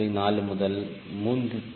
4 முதல் 3